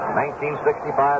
1965